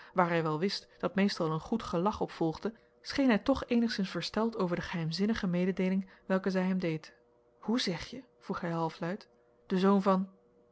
waar hij wel wist dat meestal een goed gelag op volgde scheen hij toch eenigszins versteld over de geheimzinnige mededeeling welke zij hem deed hoe zegje vroeg hij halfluid de zoon van